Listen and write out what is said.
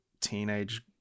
teenage